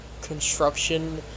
construction